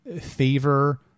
favor